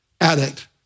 addict